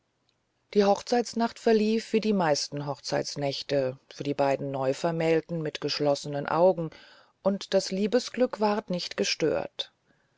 die hochzeitsnacht verlief wie die meisten hochzeitsnächte für die beiden neuvermählten mit geschlossenen augen und das liebesglück ward nicht gestört